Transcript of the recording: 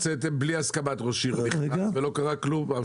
הוצאתם בלי הסכמת ראש עיר ולא קרה כלום.